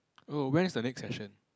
oh when is the next session